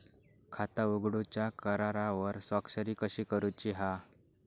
खाता उघडूच्या करारावर स्वाक्षरी कशी करूची हा?